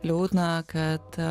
liūdna kad